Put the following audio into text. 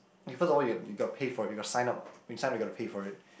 and first of all you you got to pay for it your sign up when sign up you got to pay for it